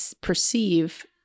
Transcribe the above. perceive